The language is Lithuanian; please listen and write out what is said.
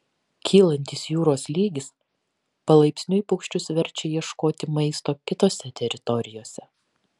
kylantis jūros lygis palaipsniui paukščius verčia ieškoti maisto kitose teritorijose